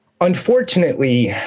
unfortunately